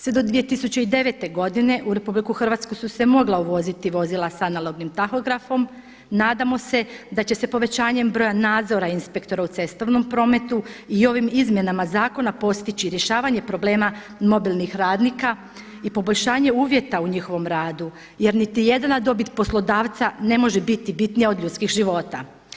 Sve do 2009. godine u RH su se mogla uvoziti vozila sa analognim tahografom, nadamo se da će se povećanjem broja nadzora inspektora u cestovnom prometu i ovim izmjenama zakona postići rješavanja problema mobilnih radnika i poboljšanje uvjeta u njihovom radu jer niti jedna dobit poslodavca ne može biti bitnija od ljudskih života.